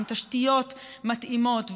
עם תשתיות מתאימות,